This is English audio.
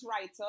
writer